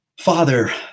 Father